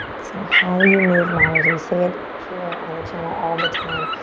so how you move matters, we say it here on the channel all the time,